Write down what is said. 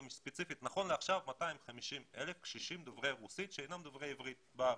נכון לעכשיו יש 250,000 קשישים דוברי רוסית שאינם דוברי עברית בארץ.